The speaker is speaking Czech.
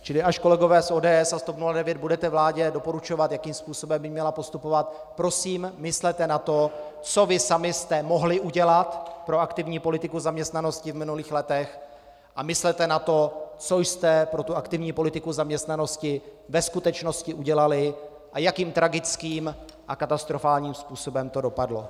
Čili až kolegové z ODS a TOP 09 budete vládě doporučovat, jakým způsobem by měla postupovat, prosím, myslete na to, co vy sami jste mohli udělat pro aktivní politiku zaměstnanosti v minulých letech, a myslete na to, co jste pro tu aktivní politiku zaměstnanosti ve skutečnosti udělali a jakým tragickým a katastrofálním způsobem to dopadlo.